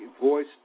voice